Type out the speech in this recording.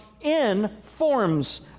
informs